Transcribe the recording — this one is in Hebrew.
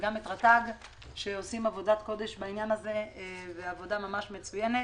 וגם את רת"ג שעושים עבודת קודש בעניין הזה ועבודה ממש מצוינת.